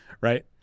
Right